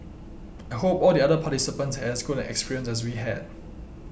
I hope all the other participants had as good an experience as we had